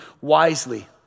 wisely